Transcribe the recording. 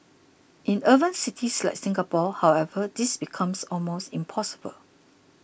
in urban cities like Singapore however this becomes almost impossible